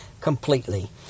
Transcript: completely